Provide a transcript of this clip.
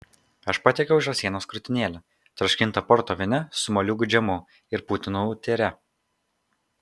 aš patiekiau žąsienos krūtinėlę troškintą porto vyne su moliūgų džemu ir putinų tyre